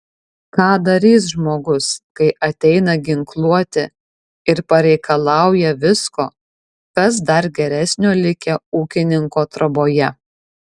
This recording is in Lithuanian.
ką darys žmogus kai ateina ginkluoti ir pareikalauja visko kas dar geresnio likę ūkininko troboje